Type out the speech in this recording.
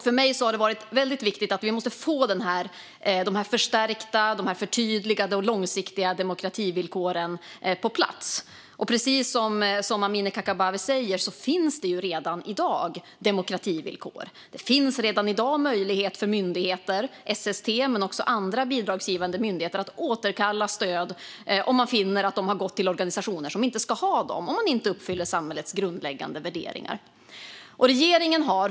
För mig har det varit viktigt att vi måste få de förstärkta, förtydligade och långsiktiga demokrativillkoren på plats. Precis som Amineh Kakabaveh säger finns redan i dag demokrativillkor. Det finns redan i dag möjlighet för myndigheter, SST men också andra bidragsgivande myndigheter, att återkalla stöd om man finner att de har gått till organisationer som inte ska ha dem eftersom de inte delar samhällets grundläggande värderingar.